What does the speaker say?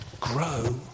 grow